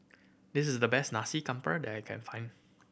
this is the best Nasi Campur that I can find